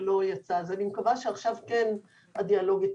אני מקווה שעכשיו הדיאלוג כן יתפתח.